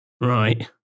Right